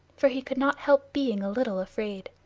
for he could not help being a little afraid.